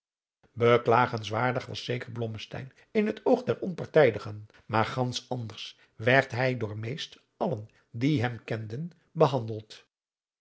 klagen beklagenswaardig was zeker blommesteyn in het oog der onpartijdigen maar gansch anders werd hij door meest allen die hem kender behandeld